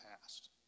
past